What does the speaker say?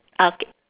okay